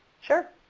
Sure